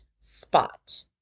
spot